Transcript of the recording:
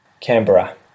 Canberra